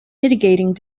mitigating